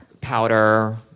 powder